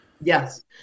Yes